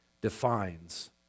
defines